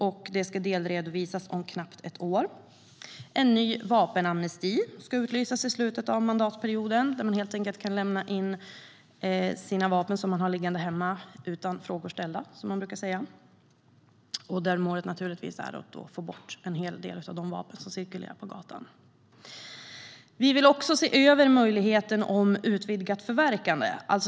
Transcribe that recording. Detta ska delredovisas om knappt ett år. En ny vapenamnesti ska utlysas i slutet av mandatperioden. Då kan man lämna in vapen utan att några frågor ställs. Målet är givetvis att få bort en hel del av de vapen som cirkulerar på gatan. Vi vill också se över möjligheten till utvidgat förverkande.